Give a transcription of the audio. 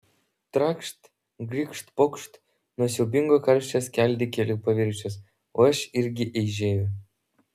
trakšt girgžt pokšt nuo siaubingo karščio skeldi kelių paviršius o aš irgi eižėju